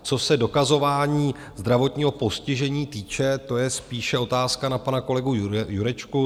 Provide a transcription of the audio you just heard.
Co se dokazování zdravotního postižení týče, to je spíše otázka na pana kolegu Jurečku.